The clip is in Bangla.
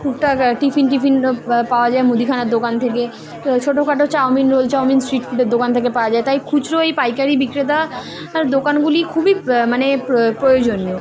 টুকটাক টিফিন টিফিন পাওয়া যায় মুদিখানার দোকান থেকে ছোটো খাটো চাউমিন রোল চাউমিন স্ট্রিট ফুডের দোকান থেকে পাওয়া যায় তাই খুচরো এই পাইকারি বিক্রেতার দোকানগুলি খুবই মানে প্রয়োজনীয়